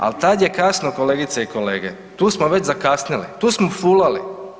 Al tad je kasno kolegice i kolege, tu smo već zakasnili, tu smo fulali.